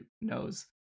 knows